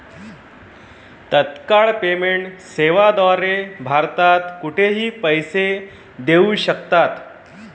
तत्काळ पेमेंट सेवेद्वारे भारतात कुठेही पैसे देऊ शकतात